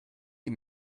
die